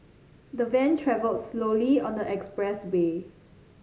the van travelled slowly on the expressway